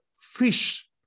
fish